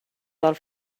del